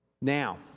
now